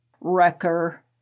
Wrecker